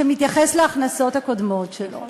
שמתייחס להכנסות הקודמות שלו.